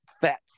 fat